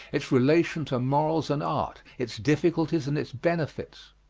its relation to morals and art. its difficulties and its benefits.